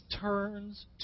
turns